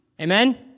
Amen